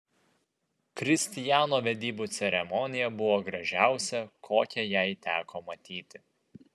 kristijano vedybų ceremonija buvo gražiausia kokią jai teko matyti